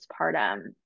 postpartum